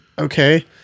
okay